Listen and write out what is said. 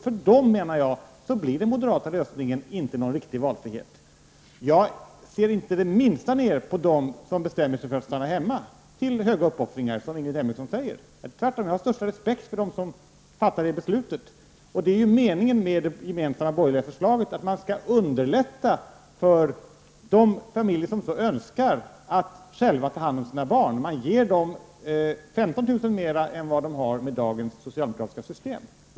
För dem innebär den moderata lösningen inte någon riktig valfrihet. Jag ser inte det minsta ner på dem som bestämmer sig för att stanna hemma till stora uppoffringar, som Ingrid Hemmingsson säger. Tvärtom har jag största respekt för dem som fattar det beslutet. Det är ju meningen med det gemensamma borgerliga förslaget att man skall underlätta för de familjer som så önskar att själva ta hand om sina barn. Man ger dem 15 000 kr. mer än vad de får med dagens socialdemokratiska system.